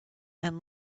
and